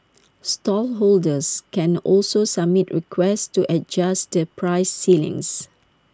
stallholders can also submit requests to adjust the price ceilings